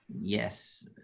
Yes